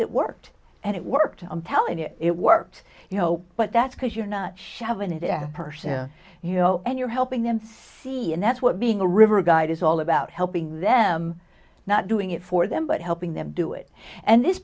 that worked and it worked i'm telling you it worked you know but that's because you're not shoving it in a person you know and you're helping them see and that's what being a river guide is all about helping them not doing it for them but helping them do it and this